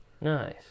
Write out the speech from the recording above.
nice